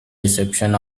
reception